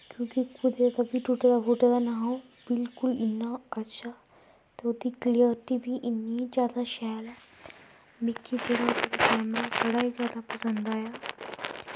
क्योंकि कुदै दा बी टुट्टे फुट्टे दा नेईं हा ओह् बिल्कुल इन्ना अच्छा ते ओह्दी क्लेयर्टी बी इन्नी जैदा अच्छी ऐ मिगी जेह्ड़ा कैमरा बड़ा गै जैदा पसंद आया